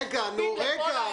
רגע,